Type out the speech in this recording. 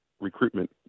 recruitment